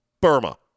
Burma